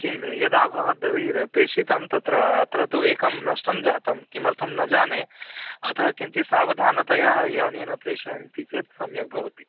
किं यदा भवद्भिः प्रेषितं तत्र अत्र तु एकं नष्टं जातं किमर्थं न जाने अतः किञ्चित् सावधानतया यानेन प्रेषयन्ति चेत् सम्यग्भवति